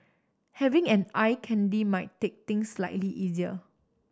having an eye candy might take things slightly easier